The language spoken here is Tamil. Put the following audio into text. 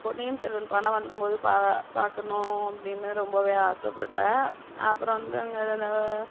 பொன்னியின் செல்வன் படம் வந்தம்போது பா பார்க்கணும் அப்படின்னு ரொம்பவே ஆசைப்பட்டேன் அப்புறம் வந்து அங்கே எதோ